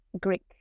Greek